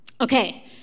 Okay